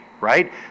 right